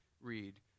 read